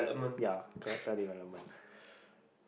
ya character development